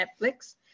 Netflix